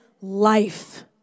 life